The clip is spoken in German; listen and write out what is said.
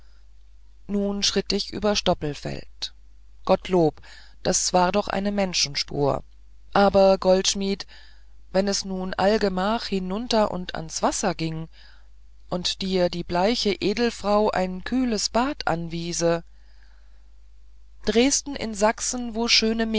nun schritt ich über stoppelfeld gottlob das war doch eine menschenspur aber goldschmied wenn es nun allgemach hinunter und ans wasser ging und dir die bleiche edelfrau ein kühles bad anwiese dresden in sachsen wo schöne